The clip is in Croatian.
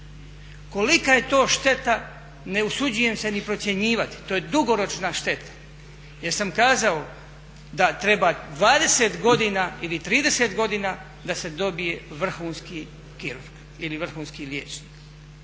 Kolika je to šteta, ne usuđujem se ni procjenjivati. To je dugoročna šteta. Jer sam kazao da treba 20 godina ili 30 godina da se dobije vrhunski kirurg ili vrhunski liječnik.